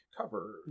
cover